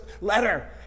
letter